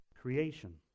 creation